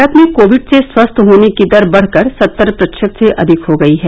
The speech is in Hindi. भारत में कोविड से स्वस्थ होने की दर बढ़कर सत्तर प्रतिशत से अधिक हो गई है